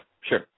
sure